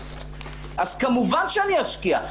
אז כמובן שאני אשקיע.